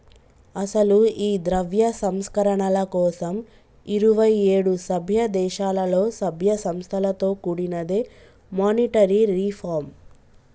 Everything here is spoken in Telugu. అసలు ఈ ద్రవ్య సంస్కరణల కోసం ఇరువైఏడు సభ్య దేశాలలో సభ్య సంస్థలతో కూడినదే మానిటరీ రిఫార్మ్